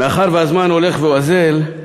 מאחר שהזמן הולך ואוזל,